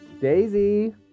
Daisy